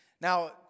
Now